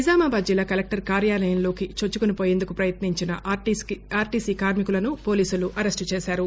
నిజామాబాద్ జిల్లా కలెక్టర్ కార్యాలయంలోకి చొచ్చుకొని పోయేందుకు ప్రయత్నించిన ఆర్టీసీ కార్శికులను పోలీసులు అరెస్టు చేశారు